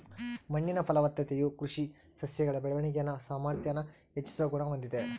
ಮಣ್ಣಿನ ಫಲವತ್ತತೆಯು ಕೃಷಿ ಸಸ್ಯಗಳ ಬೆಳವಣಿಗೆನ ಸಾಮಾರ್ಥ್ಯಾನ ಹೆಚ್ಚಿಸೋ ಗುಣ ಹೊಂದಿದೆ